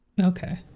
Okay